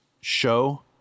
show